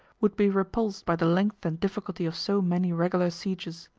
would be repulsed by the length and difficulty of so many regular sieges.